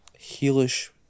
heelish